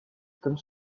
comme